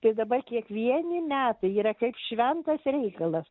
tai dabar kiekvieni metai yra kaip šventas reikalas